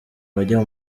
bajya